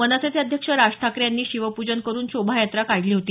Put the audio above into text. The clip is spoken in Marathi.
मनसेचे अध्यक्ष राज ठाकरे यांनी शिवपूजन करुन शोभायात्रा काढली होती